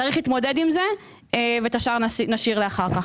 צריך להתמודד עם זה, ואת השאר נשאיר לאחר כך.